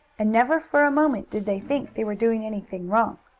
and never for a moment did they think they were doing anything wrong.